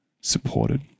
supported